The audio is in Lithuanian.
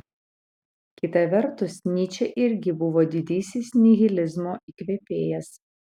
kita vertus nyčė irgi buvo didysis nihilizmo įkvėpėjas